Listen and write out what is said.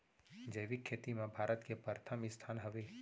जैविक खेती मा भारत के परथम स्थान हवे